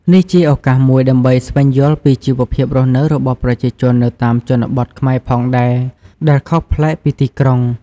នេះជាឱកាសមួយដើម្បីស្វែងយល់ពីជីវភាពរស់នៅរបស់ប្រជាជននៅតាមជនបទខ្មែរផងដែរ ដែលខុសប្លែកពីទីក្រុង។